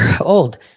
old